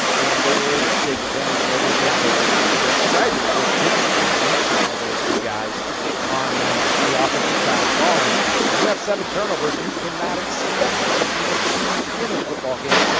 and they were able to take advantage of everything. the the dragons just didn't have an answer for those two guys on the offensive side of the ball. and when you have seven turnovers, you can not expect to even be in a football game.